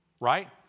right